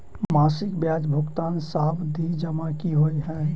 मासिक ब्याज भुगतान सावधि जमा की होइ है?